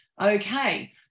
Okay